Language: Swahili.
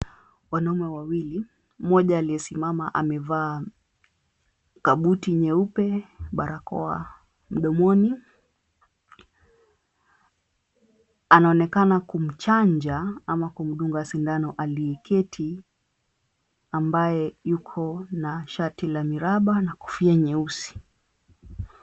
Wanaume wawili mmoja amevaa kabuti nyeupe barakoa mdomoni anaonekana kumchanja au kumdunga shindano aliyeketi ambaye Yuko na shati la mraba na kofia nyeusi.